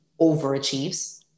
overachieves